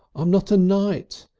i'm not a knight.